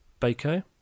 Baco